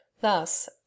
thus